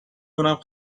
دونم